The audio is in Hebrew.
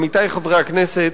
עמיתי חברי הכנסת,